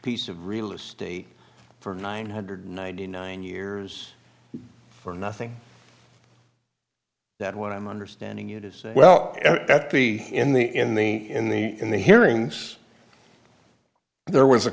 piece of real estate for nine hundred ninety nine years for nothing that when i'm understanding it is well that be in the in the in the in the hearings there was a